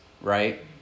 right